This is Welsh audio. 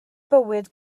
bywyd